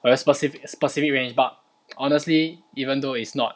我的 specific specific range but honestly even though it's not